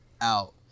out